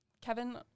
Kevin